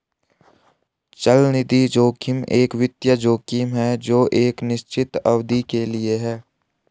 चलनिधि जोखिम एक वित्तीय जोखिम है जो एक निश्चित अवधि के लिए है